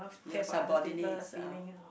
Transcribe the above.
your subordinates ah